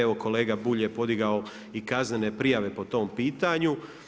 Evo kolega Bulj je podignuo i kaznene prijave po tom pitanju.